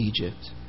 Egypt